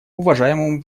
уважаемому